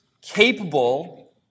capable